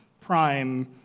Prime